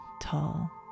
tall